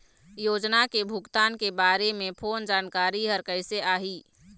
योजना के भुगतान के बारे मे फोन जानकारी हर कइसे आही?